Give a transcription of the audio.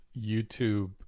youtube